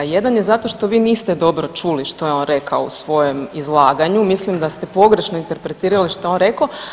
Jedan je zato što vi niste dobro čuli što je on rekao u svojem izlaganju, mislim da ste pogrešno interpretirali što je on rekao.